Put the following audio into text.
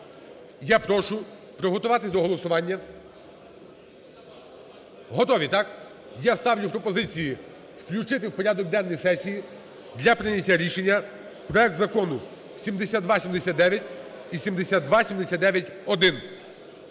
Я прошу приготуватися до голосування. Готові, так? Я ставлю пропозиції включити в порядок денний сесії для прийняття рішення проект закону 7279 і 7279-1.